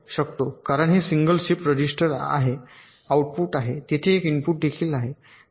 कारण हे single shift register आहे आउटपुट आहे तेथे एक इनपुट देखील आहे